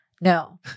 no